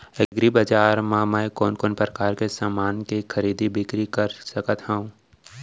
एग्रीबजार मा मैं कोन कोन परकार के समान के खरीदी बिक्री कर सकत हव?